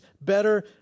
better